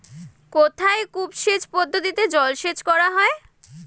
কোথায় কূপ সেচ পদ্ধতিতে জলসেচ করা হয়?